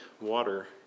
water